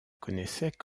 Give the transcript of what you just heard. connaissaient